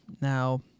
Now